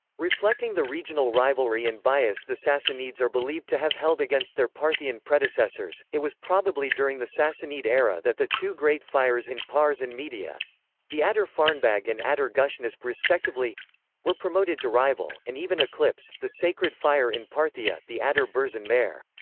reflecting the regional rivalry and bias the sassanids are believed to have held against their parthian predecessors, it was probably during the sassanid era that the two great fires in pars and media the adur farnbag and adur gushnasp respectively were promoted to rival, and even eclipse, the sacred fire in parthia, the adur burzen-mehr.